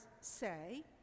say